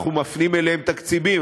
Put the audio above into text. אנחנו מפנים אליהם תקציבים,